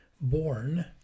born